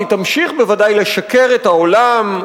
היא תמשיך בוודאי לשקר לעולם,